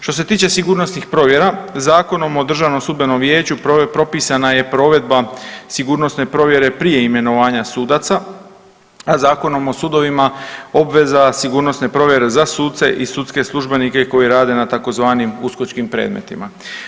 Što se tiče sigurnosnih provjera Zakonom o državnom sudbenom vijeću propisana je provedba sigurnosne provjere prije imenovanja sudaca, a Zakonom o sudovima obveza sigurnosne provjere za sudce i sudske službenike koji rade na tzv uskočkim predmetima.